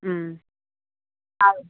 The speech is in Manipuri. ꯎꯝ ꯑꯧ